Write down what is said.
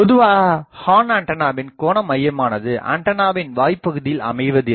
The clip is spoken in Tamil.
பொதுவாக ஹார்ன் ஆண்டனாவின் கோணமையமானது ஆண்டனாவின் வாய்பகுதியில் அமைவதில்லை